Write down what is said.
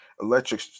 Electric